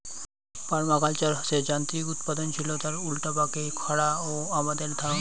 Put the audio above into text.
permaculture হসে যান্ত্রিক উৎপাদনশীলতার উল্টাপাকে খারা ও আবাদের ধারণা